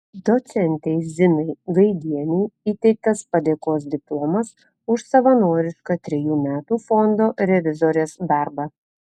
docentei zinai gaidienei įteiktas padėkos diplomas už savanorišką trejų metų fondo revizorės darbą